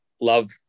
love